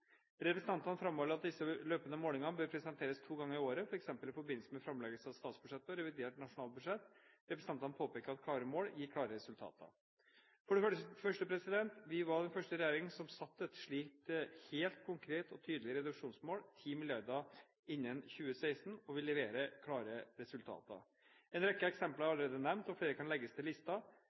Representantene framholder at disse løpende målingene bør presenteres to ganger i året, f.eks. i forbindelse med framleggelse av statsbudsjettet og revidert nasjonalbudsjett. Representantene påpeker at klare mål gir klare resultater. Vi var den første regjering som satte et slikt helt konkret og tydelig reduksjonsmål, 10 mrd. kr innen 2016, og vi leverer klare resultater. En rekke eksempler er allerede nevnt, og flere kan legges til